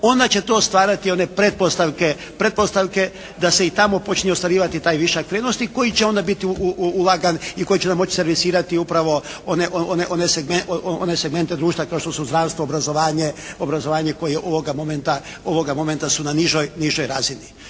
onda će to stvarati one pretpostavke da se i tamo počinje ostvarivati taj višak vrijednosti koji će onda biti ulagan i koji će nam moći servisirati upravo one segmente društva kao što su zdravstvo, obrazovanje koje ovoga momenta su na nižoj razini.